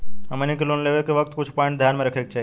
हमनी के लोन लेवे के वक्त कुछ प्वाइंट ध्यान में रखे के चाही